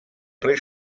pre